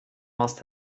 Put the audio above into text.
must